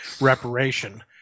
reparation